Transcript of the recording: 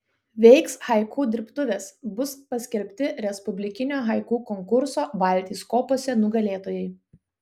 veiks haiku dirbtuvės bus paskelbti respublikinio haiku konkurso valtys kopose nugalėtojai